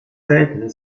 selten